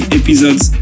episodes